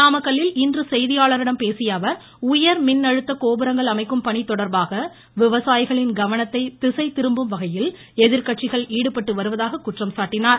நாமக்கல்லில் இன்று செய்தியாளர்களிடம் பேசியஅவர் உயர்மின் அழுத்த கோபுரங்கள் அமைக்கும் பணி தொடர்பாக விவசாயிகளின் கவனத்தை திசை திருப்பும்வகையில் எதிர்கட்சிகள் ஈடுபட்டுவருவதாக குற்றம் சாட்டினார்